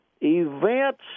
events